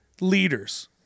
leaders